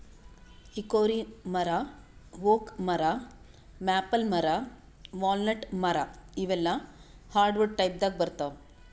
hickory ಮರಾ oak ಮರಾ maple ಮರಾ ವಾಲ್ನಟ್ ಮರಾ ಇವೆಲ್ಲಾ ಹಾರ್ಡವುಡ್ ಟೈಪ್ದಾಗ್ ಬರ್ತಾವ್